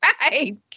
Right